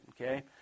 okay